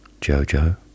Jojo